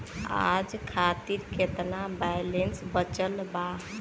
आज खातिर केतना बैलैंस बचल बा?